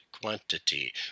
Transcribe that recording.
quantity